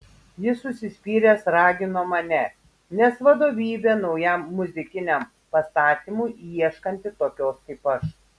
jis užsispyręs ragino mane nes vadovybė naujam muzikiniam pastatymui ieškanti tokios kaip aš